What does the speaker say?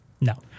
No